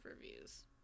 reviews